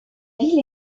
ville